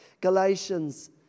Galatians